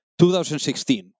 2016